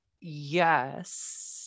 yes